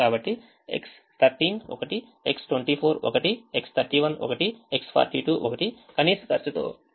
కాబట్టి X13 1 X24 1 X31 1 X42 1 కనీస ఖర్చుతో 27